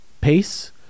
pace